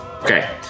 Okay